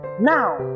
Now